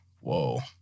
whoa